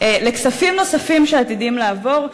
לכספים נוספים שעתידים לעבור,